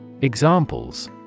Examples